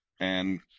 And-